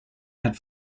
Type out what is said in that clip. had